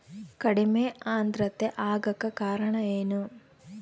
ಕಡಿಮೆ ಆಂದ್ರತೆ ಆಗಕ ಕಾರಣ ಏನು?